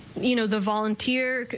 you know, the volunteer,